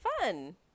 Fun